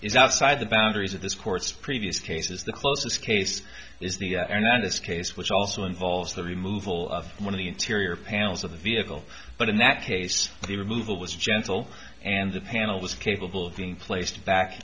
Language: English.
is outside the boundaries of this court's previous cases the closest case is the are not this case which also involves the removal of one of the interior panels of the vehicle but in that case the removal was gentle and the panel was capable of being placed back